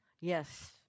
Yes